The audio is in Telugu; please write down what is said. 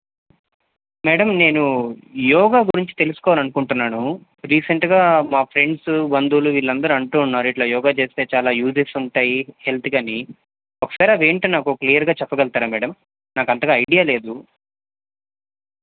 మ్యాడమ్ నేను యోగా గురించి తెలుసుకోవాలి అనుకుంటున్నాను రీసెంట్గా మా ఫ్రెండ్సు బంధువులు వీళ్ళందరు అంటు ఉన్నారు ఇలా యోగ చేస్తే చాలా యూజెస్ ఉంటాయి హెల్త్కి అని ఒకసారి అవి ఏంటి నాకు క్లియర్గా చెప్పగలుగుతారా మ్యాడమ్ నాకు అంతగా ఐడియా లేదు